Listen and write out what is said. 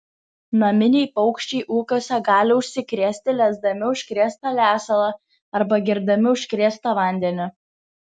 naminiai paukščiai ūkiuose gali užsikrėsti lesdami užkrėstą lesalą arba gerdami užkrėstą vandenį